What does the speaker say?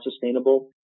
sustainable